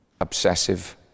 obsessive